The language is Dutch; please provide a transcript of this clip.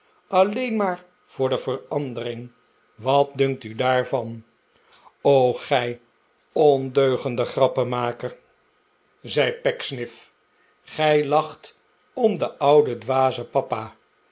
alleen maar voor de verandering wat dunkt u daarvan r o gij ondeugende grappenmaker zei pecksniff gij lacht om den ouden dwazen papa